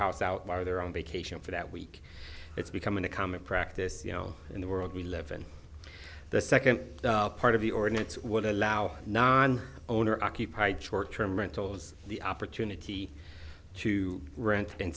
house out by their own vacation for that week it's becoming a common practice in the world we live in the second part of the ordinance would allow non owner occupied short term rentals the opportunity to rent in